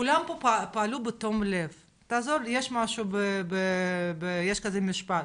כולם פה פעלו בתום לב, תעזור לי יש כזה משפט.